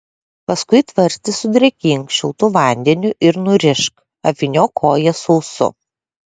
paskui tvarstį sudrėkink šiltu vandeniu ir nurišk apvyniok koją sausu